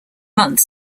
month